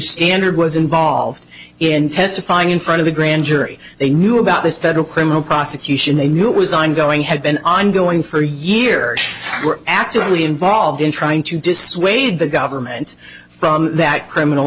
standard was involved in testifying in front of a grand jury they knew about this federal criminal prosecution they knew it was ongoing had been ongoing for year were actively involved in trying to dissuade the government from that criminal